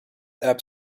app